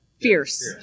Fierce